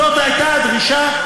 זאת הייתה הדרישה,